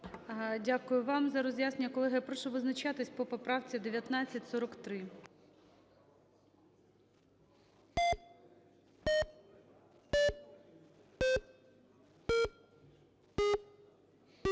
Дякую вам за роз'яснення. Колеги, прошу визначатися по поправці 1943.